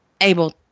able